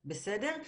בסדר?